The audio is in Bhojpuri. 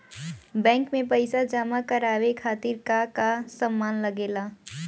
बैंक में पईसा जमा करवाये खातिर का का सामान लगेला?